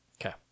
Okay